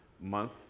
month